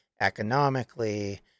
economically